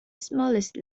smallest